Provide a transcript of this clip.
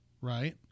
right